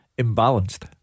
imbalanced